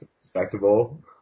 respectable